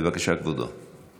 בבקשה, כבודו.